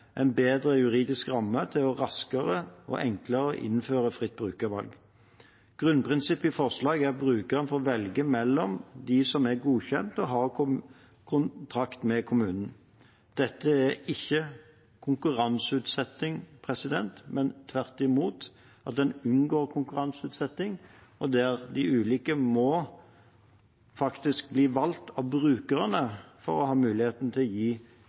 en bedre juridisk ramme til raskere og enklere å innføre fritt brukervalg. Grunnprinsippet i forslaget er at brukeren får velge blant dem som er godkjent og har kontrakt med kommunen. Dette er ikke konkurranseutsetting, men tvert imot at en unngår konkurranseutsetting, og at de ulike faktisk må bli valgt av brukerne for å ha mulighet til å gi